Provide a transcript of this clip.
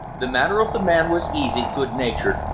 the manner of the man was easy, good-natured,